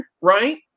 right